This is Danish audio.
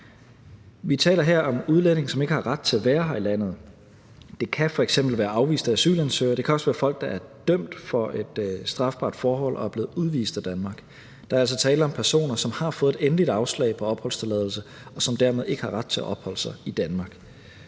Vi taler her om udlændinge, som ikke har ret til at være her i landet. Det kan f.eks. være afviste asylansøgere; det kan også være folk, der er dømt for et strafbart forhold og er blevet udvist af Danmark. Der er altså tale om personer, som har fået et endeligt afslag på opholdstilladelse, og som dermed ikke har ret til at opholde sig i Danmark.